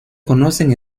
conocen